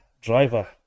Driver